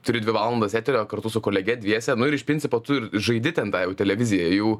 turi dvi valandas eterio kartu su kolege dviese nu ir iš principo tu ir žaidi ten tą jau televiziją jau